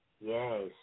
Yes